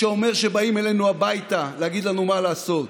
שאומר שבאים אלינו הביתה להגיד לנו מה לעשות,